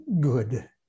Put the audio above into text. good